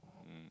um